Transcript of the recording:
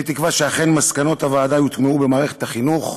אני תקווה שאכן מסקנות הוועדה יוטמעו במערכת החינוך.